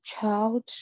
child